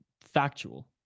factual